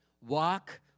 Walk